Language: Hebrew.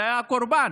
היה הקורבן